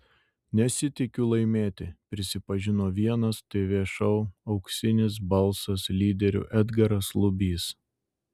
nesitikiu laimėti prisipažino vienas tv šou auksinis balsas lyderių edgaras lubys